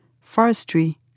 forestry